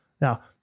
Now